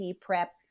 prep